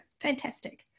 Fantastic